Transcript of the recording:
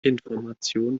information